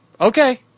Okay